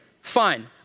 Fine